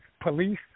police